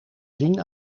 zien